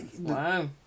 Wow